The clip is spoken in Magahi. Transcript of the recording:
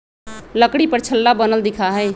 लकड़ी पर छल्ला बनल दिखा हई